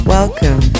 Welcome